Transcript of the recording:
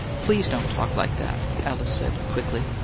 please don't talk like that, alice said, quickly.